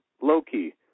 low-key